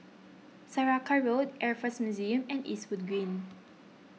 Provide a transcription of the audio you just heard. Saraca Road Air force Museum and Eastwood Green